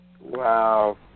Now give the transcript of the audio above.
Wow